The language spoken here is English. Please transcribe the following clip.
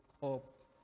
hope